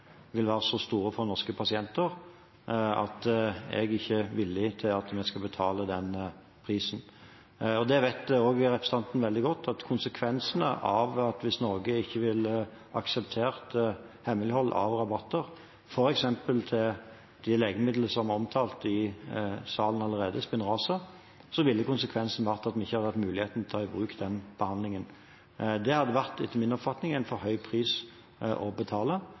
vil være så store for norske pasienter at jeg ikke er villig til at vi skal betale den prisen. Representanten vet også veldig godt at hvis Norge ikke hadde akseptert hemmelighold av rabatter, f.eks. på det legemiddelet som allerede er omtalt her i salen, Spinraza, så ville konsekvensene vært at vi ikke hadde hatt muligheten til å ta i bruk den behandlingen. Det hadde etter min oppfatning vært en for høy pris å betale,